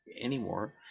anymore